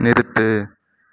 நிறுத்து